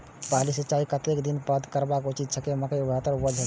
पहिल सिंचाई कतेक दिन बाद करब उचित छे मके के बेहतर उपज लेल?